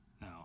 No